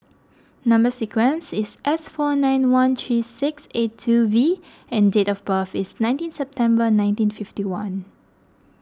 Number Sequence is S four nine one three six eight two V and date of birth is nineteen September nineteen fifty one